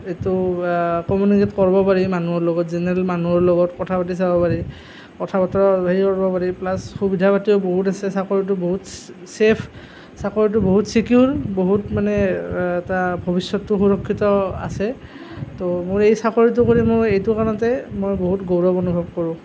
এইটো কমিউনিকেট কৰিব পাৰি মানুহৰ লগত জেনেৰেল মানুহৰ লগত কথা পাতি চাব পাৰি কথা বতৰা পাৰি প্লাছ সুবিধা পাতিও বহুত আছে চাকৰিটো বহুত চে চেইফ চাকৰিটো বহুত ছিকিউৰ বহুত মানে এটা ভৱিষ্যতটো সুৰক্ষিত আছে তো মই এই চাকৰিটো কৰি মোৰ এইটো কাৰণতে মই বহুত গৌৰৱ অনুভৱ কৰোঁ